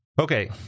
okay